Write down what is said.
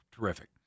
Terrific